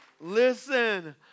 Listen